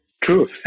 True